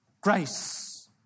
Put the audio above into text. grace